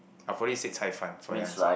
I would probably say 菜贩 for that answer